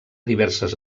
diverses